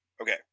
okay